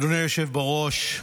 אדוני היושב בראש,